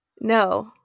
No